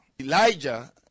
Elijah